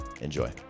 Enjoy